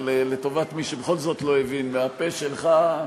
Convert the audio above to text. אבל לטובת מי שבכל זאת לא הבין: מהפה שלך,